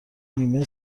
نیمه